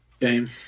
game